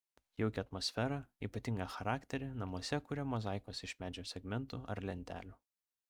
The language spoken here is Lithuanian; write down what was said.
jaukią atmosferą ypatingą charakterį namuose kuria mozaikos iš medžio segmentų ar lentelių